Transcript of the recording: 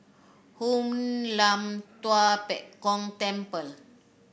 Hoon Lam Tua Pek Kong Temple